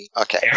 Okay